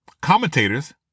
commentators